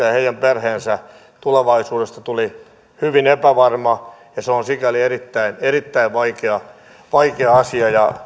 ja heidän perheidensä tulevaisuudesta tuli hyvin epävarma se on sikäli erittäin erittäin vaikea vaikea asia ja